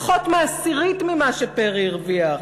זה פחות מעשירית ממה שפרי הרוויח.